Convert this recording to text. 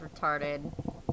retarded